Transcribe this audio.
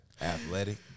Athletic